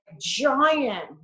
giant